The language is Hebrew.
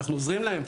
ואנחנו עוזרים להם.